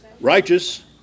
Righteous